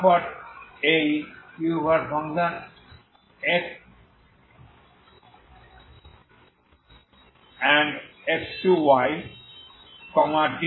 তারপর এই ux yt